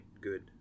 good